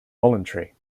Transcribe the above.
voluntary